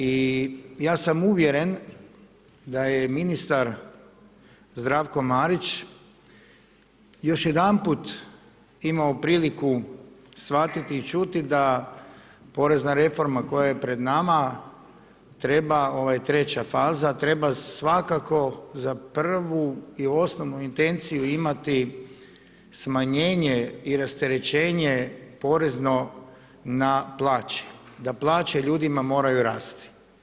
I ja sam uvjeren da je ministar Zdravko Marić još jedanput imao priliku shvatiti i čuti da porezna reforma koja je pred nama treba, 3.-ća faza, treba svakako za prvu i osnovnu intenciju imati smanjenje i rasterećenje porezno na plaće, da plaće ljudima moraju rasti.